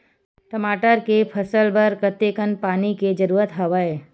टमाटर के फसल बर कतेकन पानी के जरूरत हवय?